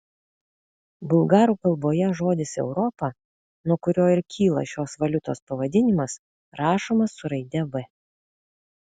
bulgarų kalboje žodis europa nuo kurio ir kyla šios valiutos pavadinimas rašomas su raide v